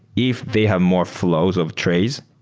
if they have more flows of trades,